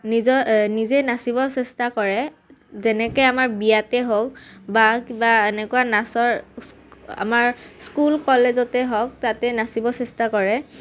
নিজৰ নিজে নাচিব চেষ্টা কৰে যেনেকৈ আমাৰ বিয়াতে হওক বা কিবা এনেকুৱা নাচৰ আমাৰ স্কুল কলেজতে হওক তাতে নাচিব চেষ্টা কৰে